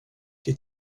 che